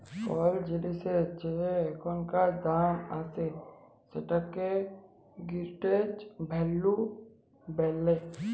call জিলিসের যে এখানকার দাম আসে সেটিকে প্রেজেন্ট ভ্যালু ব্যলে